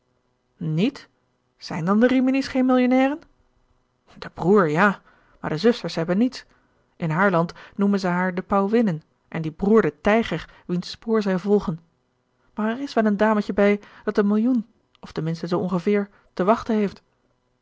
niet zijn dan de rimini's geen millionnairen de broer ja maar de zusters hebben niets in haar land noemen zij haar de pauwinnen en die broer den tijger wiens spoor zij volgen maar er is wel een dametje bij dat een millioen of ten minste zoo ongeveer te wachten heeft